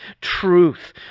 truth